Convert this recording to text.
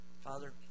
Father